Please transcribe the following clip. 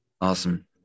Awesome